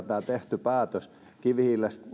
tämä tehty päätös totaaliluopuminen kivihiilestä